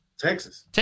Texas